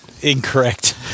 incorrect